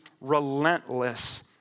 relentless